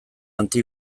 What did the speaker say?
anti